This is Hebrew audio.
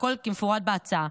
והכול כמפורט בהצעה.